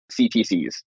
CTCs